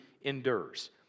endures